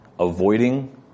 Avoiding